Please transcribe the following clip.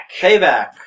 Payback